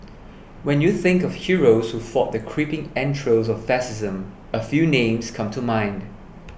when you think of heroes who fought the creeping entrails of fascism a few names come to mind